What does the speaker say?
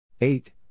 eight